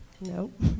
Nope